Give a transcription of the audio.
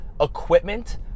equipment